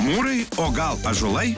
mūrai o gal ąžuolai